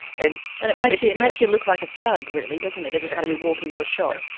and and it makes yeah it makes you look like a thug, really, doesn't it, every time you walk into a shop?